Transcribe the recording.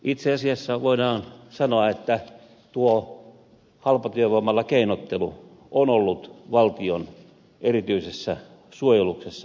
itse asiassa voidaan sanoa että tuo halpatyövoimalla keinottelu on ollut valtion erityisessä suojeluksessa